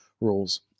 rules